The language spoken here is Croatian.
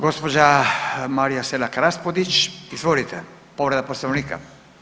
Gospođa Marija Selak Rapudić izvolite, povreda poslovnika.